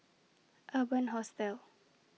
Urban Hostel